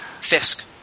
Fisk